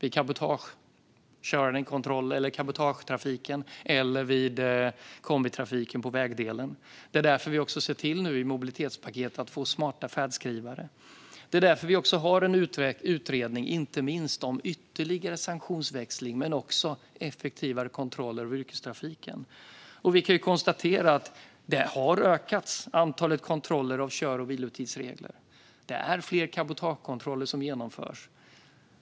Det är kontroll av cabotagetrafiken eller vid kombitrafiken på vägdelen. Det är därför vi i mobilitetspaketet nu ser till att få smarta färdskrivare. Det är därför vi inte minst har en utredning om ytterligare sanktionsväxling men också effektivare kontroller av yrkestrafiken. Vi kan konstatera att antalet kontroller av kör och vilotidsregler har ökat. Det är fler cabotagekontroller som genomförs.